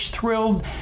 thrilled